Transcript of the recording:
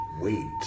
wait